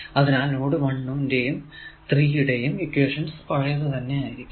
അതിനാൽ നോഡ് 1 ന്റെയും 3 യുടെയും ഇക്വേഷൻ പഴയതു തന്നെ ആയിരിക്കും